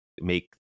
make